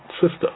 sister